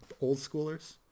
old-schoolers